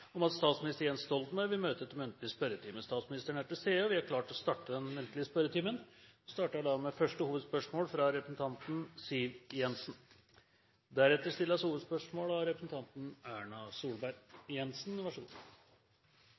om at statsminister Jens Stoltenberg vil møte til muntlig spørretime. Statsministeren er til stede, og vi er klare til å starte den muntlige spørretimen. Vi starter med første hovedspørsmål, fra representanten Siv Jensen.